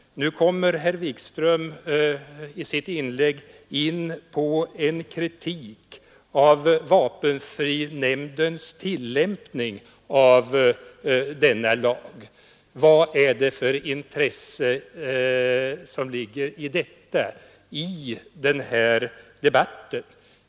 Herr Wikström framförde nu i sitt inlägg kritik mot vapenfrinämndens tillämpning av denna lag. Vad har det för intresse i den här debatten?